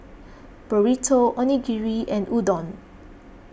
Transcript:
Burrito Onigiri and Udon